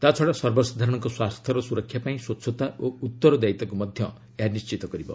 ତା'ଛଡ଼ା ସର୍ବସାଧାରଣଙ୍କ ସ୍ୱାର୍ଥର ସୁରକ୍ଷା ପାଇଁ ସ୍ୱଚ୍ଚତା ଓ ଉତ୍ତରଦାୟିତାକୁ ମଧ୍ୟ ଏହା ନିଶ୍ଚିତ କରିବ